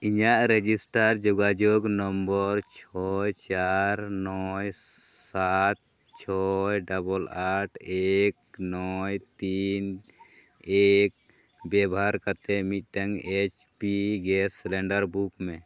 ᱤᱧᱟᱹᱜ ᱨᱮᱡᱤᱥᱴᱟᱨ ᱡᱳᱜᱟᱡᱳᱜᱽ ᱱᱟᱢᱵᱟᱨ ᱪᱷᱚᱭ ᱪᱟᱨ ᱱᱚᱭ ᱥᱟᱛ ᱪᱷᱚᱭ ᱰᱚᱵᱚᱞ ᱟᱴ ᱮᱠ ᱱᱚᱭ ᱛᱤᱱ ᱮᱠ ᱵᱮᱵᱷᱟᱨ ᱠᱟᱛᱮᱫ ᱢᱤᱫᱴᱟᱝ ᱮᱭᱤᱪ ᱯᱤ ᱜᱮᱥ ᱥᱤᱞᱤᱱᱰᱟᱨ ᱵᱩᱠᱢᱮ